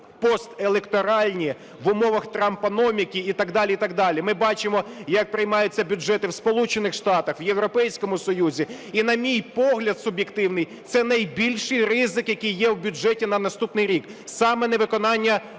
постелекторальні в умовах трампономіки і так далі, і так далі. Ми бачимо, як приймаються бюджети в Сполучених Штатах, в Європейському Союзі. І, на мій погляд суб'єктивний, це найбільший ризик, який є у бюджеті на наступний рік, саме невиконання частини